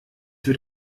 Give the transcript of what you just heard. wird